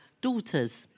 daughters